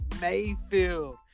Mayfield